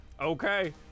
Okay